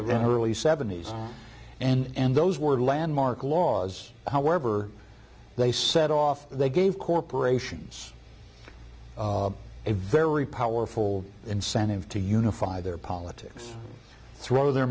have an early seventies and those were the landmark laws however they set off they gave corporations a very powerful incentive to unify their politics throw their